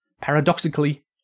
Paradoxically